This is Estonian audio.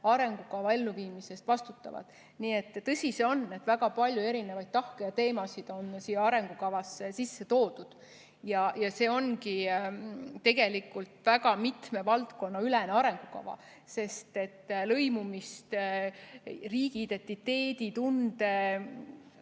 arengukava elluviimise eest vastutavad. Nii et tõsi see on, et väga palju tahke ja teemasid on siia arengukavasse sisse toodud. See ongi tegelikult väga mitme valdkonna ülene arengukava, sest lõimumist, riigiidentiteeditunde